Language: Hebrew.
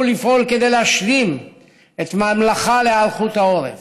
לפעול כדי להשלים את המלאכה להיערכות העורף,